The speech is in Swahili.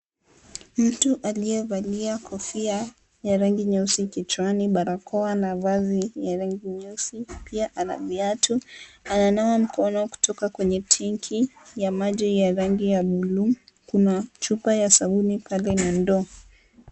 Mtu aliyevalia kofia ya rangi nyeusi kichwani, barakoa na vazi ya rangi nyeusi, pia ana viatu. Ananawa mkono kutoka kwenye tenki ya maji ya rangi ya buluu. Kuna chupa ya sabuni pale na ndoo.